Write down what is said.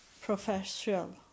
professional